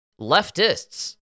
leftists